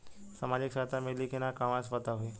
सामाजिक सहायता मिली कि ना कहवा से पता होयी?